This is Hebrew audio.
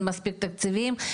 אין מספיק תקציבים.